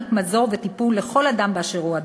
להעניק מזור וטיפול לכל אדם באשר הוא אדם.